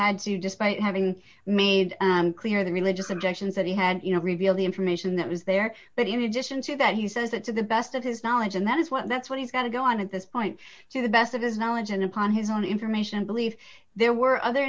had to despite having made clear the religious objections that he had you know reveal the information that was there but in addition to that he says that to the best of his knowledge and that is what that's what he's got to go on at this point to the best of his knowledge and upon his own information believe there were other